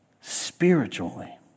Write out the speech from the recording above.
spiritually